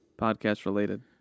podcast-related